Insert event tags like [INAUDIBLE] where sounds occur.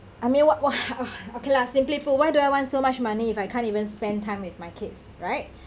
I mean what what [BREATH] okay lah simply put why do I want so much money if I can't even spend time with my kids right